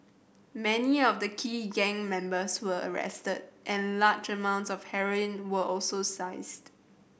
many of the key gang members were arrested and large amounts of heroin were also seized